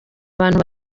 abantu